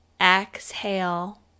exhale